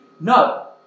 no